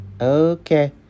Okay